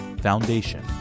foundation